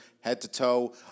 head-to-toe